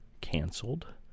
canceled